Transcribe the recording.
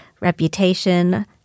reputation